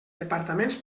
departaments